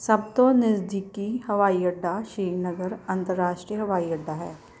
ਸਭ ਤੋਂ ਨਜ਼ਦੀਕੀ ਹਵਾਈ ਅੱਡਾ ਸ਼੍ਰੀਨਗਰ ਅੰਤਰਰਾਸ਼ਟਰੀ ਹਵਾਈ ਅੱਡਾ ਹੈ